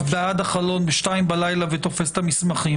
דרך החלון ב-2 בלילה ותופס את המסמכים,